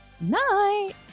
night